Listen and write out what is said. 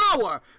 power